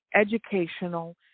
educational